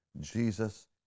Jesus